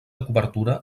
cobertura